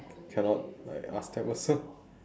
cannot like ask them also